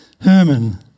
Herman